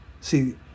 See